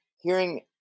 hearing